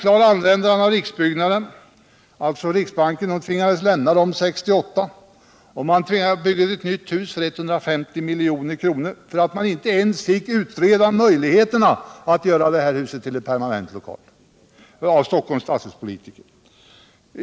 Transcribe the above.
Användningen av riksbyggnaderna borde ha varit självklar — riksbanken tvingades lämna dem 1968 och man tvingades att bygga ett nyss hus för 150 milj.kr. för att man inte ens fick utreda möjligheterna att göra detta hus till en permanent lokal. Det orsakades av Stockholms stadshuspolitiker.